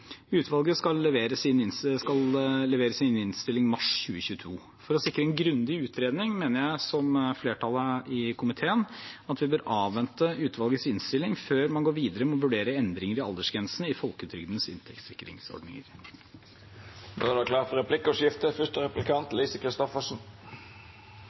Utvalget skal levere sin innstilling i mars 2022. For å sikre en grundig utredning mener jeg, som flertallet i komiteen, at vi bør avvente utvalgets innstilling før man går videre med å vurdere endringer i aldersgrensene i folketrygdens